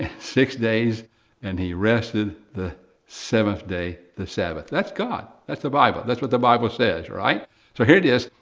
six days and he rested the seventh day, the sabbath. that's god, that's the bible. that's what the bible says, right? so here it is.